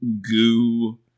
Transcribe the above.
goo